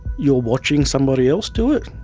you're watching somebody else do it,